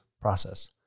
process